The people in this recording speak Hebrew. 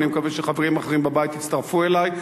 ואני מקווה שחברים אחרים בבית יצטרפו אלי,